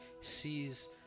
sees